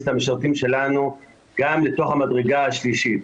את המשרתים שלנו גם לתוך המדרגה השלישית.